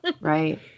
Right